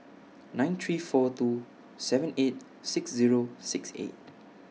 nine three four two seven eight six Zero six eight